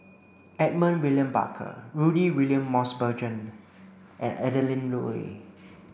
Edmund William Barker Rudy William Mosbergen and Adeline Ooi